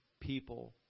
People